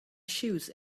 shoes